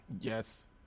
Yes